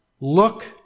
Look